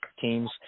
teams